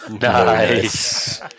Nice